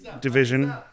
division